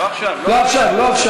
לא עכשיו, לא עכשיו.